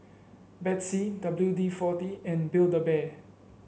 Betsy W D forty and Build A Bear